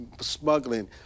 smuggling